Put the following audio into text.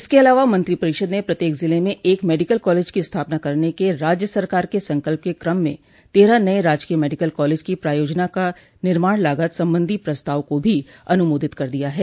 इसके अलावा मंत्रिपरिषद ने प्रत्येक जिले में एक मेडिकल कॉलेज की स्थापना करने के राज्य सरकार के संकल्प के क्रम में तेरह नये राजकीय मेडिकल कॉलेज को प्रायोजना की निर्माण लागत संबंधी प्रस्ताव को भी अनुमोदित कर दिया है